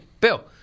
Bill